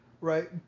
Right